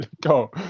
go